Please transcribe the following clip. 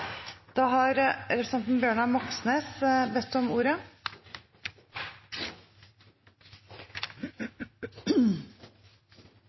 Representanten Bjørnar Moxnes har bedt om ordet.